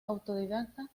autodidacta